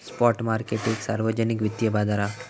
spot market एक सार्वजनिक वित्तिय बाजार हा